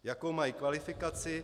Jakou mají kvalifikaci?